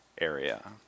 area